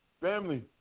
Family